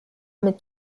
mit